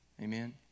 amen